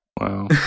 Wow